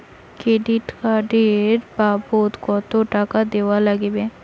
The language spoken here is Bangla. ক্রেডিট কার্ড এর বাবদ কতো টাকা দেওয়া লাগবে?